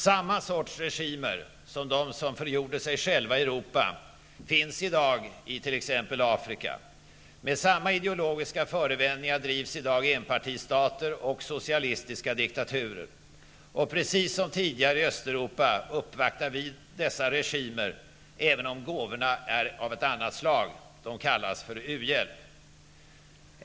Samma sorts regimer som de som förgjorde sig själva i Europa finns i dag i t.ex. Afrika. Med samma ideologiska förevändningar drivs i dag enpartistater och socialistiska diktaturer i Afrika. Och precis som tidigare i Östeuropa uppvaktar vi dessa regimer, även om gåvorna är av ett annat slag. De kallas nu för u-hjälp.